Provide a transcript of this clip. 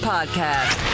Podcast